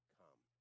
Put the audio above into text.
come